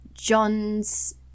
john's